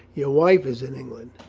your wife is in england.